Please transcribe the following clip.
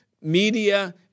media